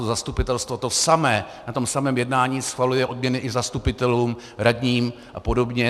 To zastupitelstvo, to samé, na tom samém jednání schvaluje odměny i zastupitelům, radním a podobně.